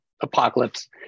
apocalypse